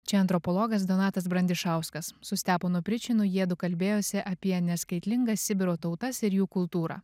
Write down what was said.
čia antropologas donatas brandišauskas su steponu pričinu jiedu kalbėjosi apie neskaitlingas sibiro tautas ir jų kultūrą